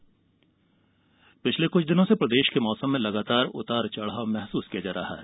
मौसम पिछले कुछ दिनों से प्रदेश के मौसम लगातार उतार चढ़ाव महसूस किया जा रहा है